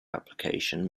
application